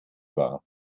war